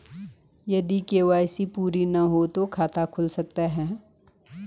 यदि के.वाई.सी पूरी ना हो तो खाता खुल सकता है?